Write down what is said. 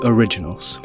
Originals